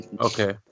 Okay